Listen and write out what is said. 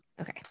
Okay